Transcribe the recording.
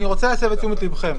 אני רוצה להסב את תשומת לבכם,